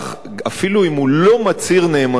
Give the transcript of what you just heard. אפילו אם הוא לא מצהיר נאמנות למדינה.